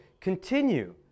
continue